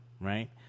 right